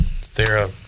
Sarah